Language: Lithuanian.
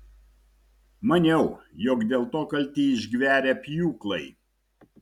maniau jog dėl to kalti išgverę pjūklai